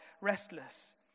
restless